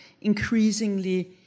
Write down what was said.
increasingly